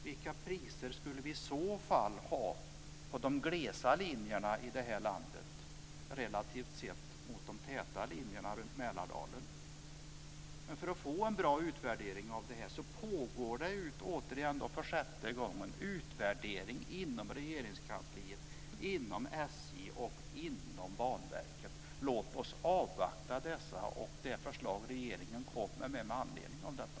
Vilka priser skulle vi i så fall ha på de lågtrafikerade linjerna i det här landet jämfört med de högtrafikerade linjerna runt Mälardalen? För att få en bra utvärdering av detta pågår det - jag säger det för femte gången - utvärderingar inom Regeringskansliet, inom SJ och inom Banverket. Låt oss avvakta dessa och de förslag som regeringen lägger fram med anledning av dessa.